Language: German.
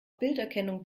bilderkennung